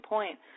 Point